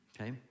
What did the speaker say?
Okay